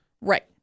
Right